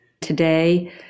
Today